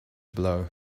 blow